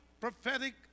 prophetic